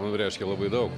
mum reiškia labai daug